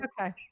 Okay